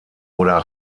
oder